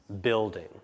building